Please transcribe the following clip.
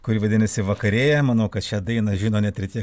kuri vadinasi vakarėja manau kas šią dainą žino net ir tie